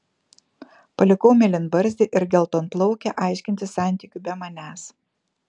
palikau mėlynbarzdį ir geltonplaukę aiškintis santykių be manęs